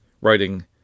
writing